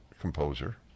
composer